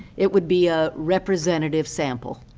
it would be a representative sample.